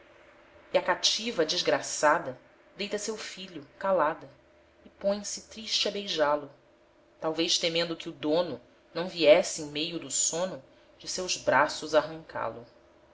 ser e a cativa desgraçada deita seu filho calada e põe-se triste a beijá-lo talvez temendo que o dono não viesse em meio do sono de seus braços arrancá-lo